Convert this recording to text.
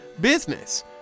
business